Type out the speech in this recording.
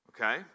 Okay